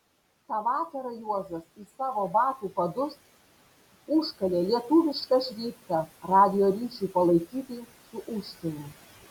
tą vakarą juozas į savo batų padus užkalė lietuvišką šriftą radijo ryšiui palaikyti su užsieniu